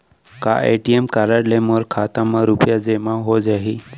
का ATM card ले मोर खाता म रुपिया जेमा हो जाही?